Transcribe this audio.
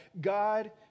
God